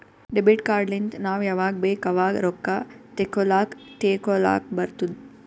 debit card ಲಿಂತ್ ನಾವ್ ಯಾವಾಗ್ ಬೇಕ್ ಆವಾಗ್ ರೊಕ್ಕಾ ತೆಕ್ಕೋಲಾಕ್ ತೇಕೊಲಾಕ್ ಬರ್ತುದ್